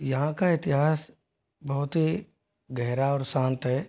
यहाँ का इतिहास बहुत ही गहरा और शांत है